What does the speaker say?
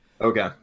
Okay